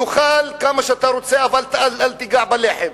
תאכל כמה שאתה רוצה אבל אל תיגע בלחם.